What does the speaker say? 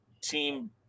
team